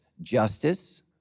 justice